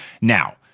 Now